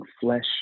flesh